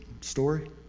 story